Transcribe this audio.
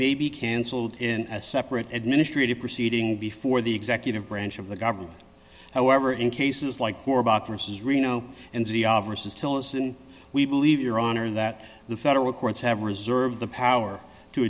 may be cancelled in a separate administrative proceeding before the executive branch of the government however in cases like or about versus reno and z oliver says to listen we believe your honor that the federal courts have reserved the power to